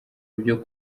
byo